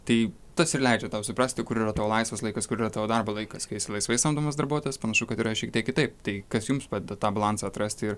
tai tas ir leidžia tau suprasti kur yra tavo laisvas laikas kur yra tavo darbo laikas kai esi laisvai samdomas darbuotojas panašu kad yra šiek tiek kitaip tai kas jums padeda tą balansą atrasti ir